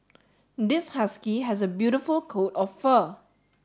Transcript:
this husky has a beautiful coat of fur